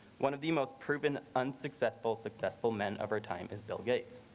one of the most proven and successful successful men of our time is bill gates.